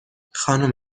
خانم